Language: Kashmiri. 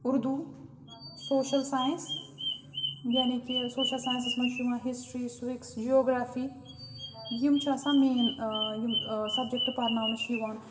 اُردو سوشَل ساینَس یعنی کہِ سوشَل ساینَسَس مَنٛز چھُ یِوان ہِسٹِرٛی سُوِکٕس جِیوگرٛافی یِم چھِ آسان مین یِم سَبجَکٹ پَرناونہٕ چھِ یِوان